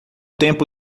tempo